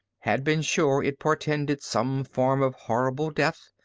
had been sure it portended some form of horrible death.